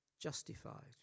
justified